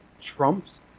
trumps